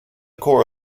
corps